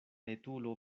etulo